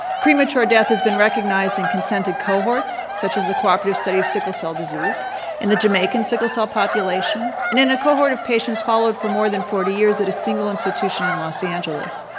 premature death has been recognized in consented cohorts, such as the cooperative study of sickle cell disease in the jamaican sickle cell population, and in a cohort of patients followed for more than forty years at a single institution in los angeles.